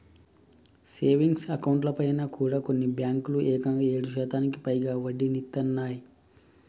savings అకౌంట్లపైన కూడా కొన్ని బ్యేంకులు ఏకంగా ఏడు శాతానికి పైగా వడ్డీనిత్తన్నయ్